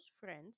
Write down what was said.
friends